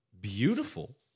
Beautiful